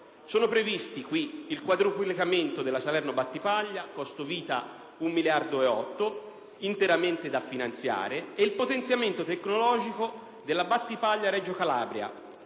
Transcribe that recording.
Sono previsti in questo caso il quadruplicamento della Salerno-Battipaglia, costo vita 1,8 miliardi di euro, interamente da finanziare, il potenziamento tecnologico della Battipaglia-Reggio Calabria,